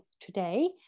today